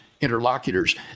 interlocutors